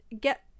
get